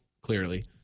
clearly